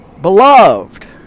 Beloved